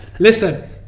Listen